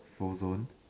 frozen